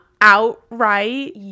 outright